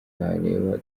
bareba